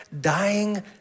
dying